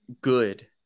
good